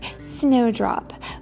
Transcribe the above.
Snowdrop